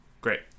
great